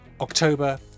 October